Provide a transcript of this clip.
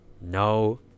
no